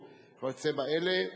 או כיוצא באלה,